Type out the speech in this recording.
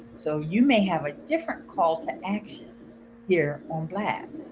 so you may have a different call to action here on blab.